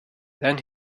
then